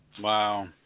Wow